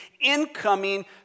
incoming